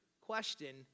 question